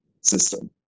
system